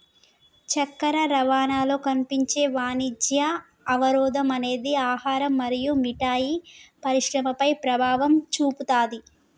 చక్కెర రవాణాలో కనిపించే వాణిజ్య అవరోధం అనేది ఆహారం మరియు మిఠాయి పరిశ్రమపై ప్రభావం చూపుతాది